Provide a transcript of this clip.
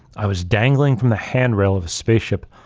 i was dangling from the handrail of a spaceship,